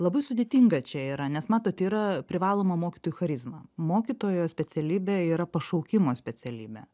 labai sudėtinga čia yra nes matot yra privaloma mokytojo charizma mokytojo specialybė yra pašaukimo specialybė